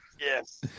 Yes